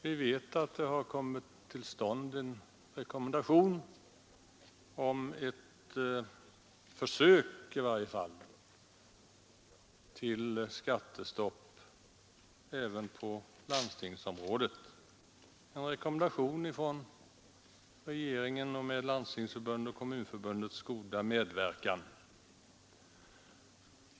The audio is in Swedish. Vi vet att det kommit till stånd en rekommendation om i varje fall ett försök till skattestopp även på landstingsområdet, en rekommendation från regeringen med Landstingsförbundets och Kommunförbundets goda medverkan.